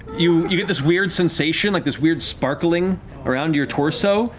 you you get this weird sensation, like this weird sparkling around your torso,